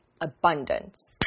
abundance